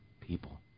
people